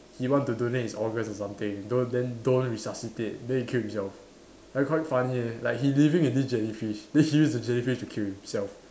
he want to donate his organs or something don't then don't resuscitate then he kill himself like quite funny leh like he living with this jellyfish then he use the jellyfish to kill himself